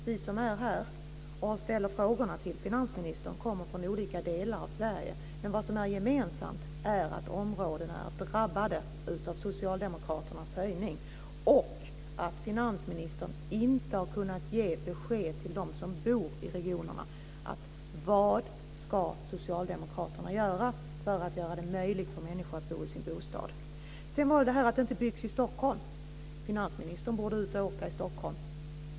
Vi som är här och ställer frågorna till finansministern kommer från olika delar av Sverige, men vad som är gemensamt är att områdena är drabbade av socialdemokraternas höjning och att finansministern inte har kunnat ge besked till dem som bor i regionerna. Vad ska socialdemokraterna göra för att det ska bli möjligt för människor att bo i sina bostäder? Sedan vill jag ta upp det här med att det inte byggs i Stockholm. Finansministern borde ut och åka i Stockholm.